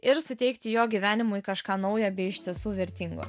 ir suteikti jo gyvenimui kažką nauja bei iš tiesų vertingo